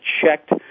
checked